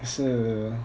是